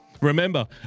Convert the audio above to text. Remember